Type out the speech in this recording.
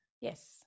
yes